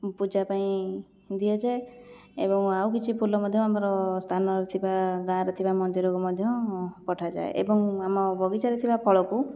ପୂଜା ପାଇଁ ଦିଆଯାଏ ଏବଂ ଆଉ କିଛି ଫୁଲ ମଧ୍ୟ ଆମର ସ୍ଥାନରେ ଥିବା ଗାଁରେ ଥିବା ମନ୍ଦିରକୁ ମଧ୍ୟ ପଠାଯାଏ ଏବଂ ଆମ ବଗିଚାରେ ଥିବା ଫଳକୁ